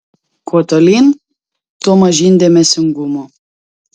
kuo tolyn tuo mažyn dėmesingumo